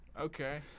okay